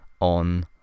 on